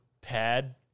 pad